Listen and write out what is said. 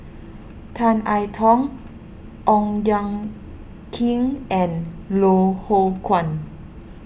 Tan I Tong Ong Ye Kung and Loh Hoong Kwan